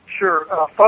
Sure